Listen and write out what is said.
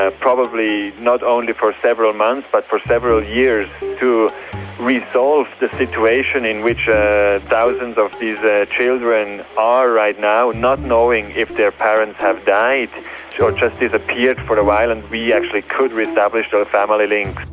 ah probably not only for several months, but for several years, to resolve the situation in which thousands of these children are right now not knowing if their parents have died or just disappeared for a while, and we actually could re-establish their family links.